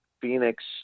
Phoenix